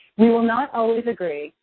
we will not always agree,